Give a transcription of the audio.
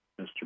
Mr